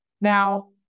Now